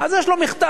אז יש לו מכתב.